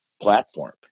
platform